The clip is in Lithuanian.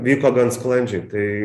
vyko gan sklandžiai tai